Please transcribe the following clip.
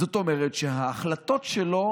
זאת אומרת שההחלטות שלו